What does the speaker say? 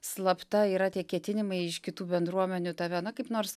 slapta yra tie ketinimai iš kitų bendruomenių tave na kaip nors